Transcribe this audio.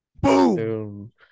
Boom